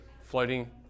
floating